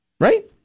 Right